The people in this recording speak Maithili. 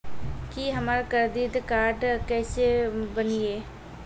की हमर करदीद कार्ड केसे बनिये?